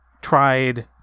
tried